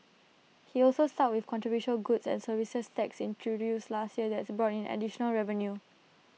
he also stuck with controversial goods and services tax introduced last year that's brought in additional revenue